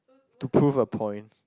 to prove a point